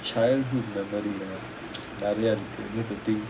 childhood memory ah நெறயஇருக்கு:neraya iruku I need to think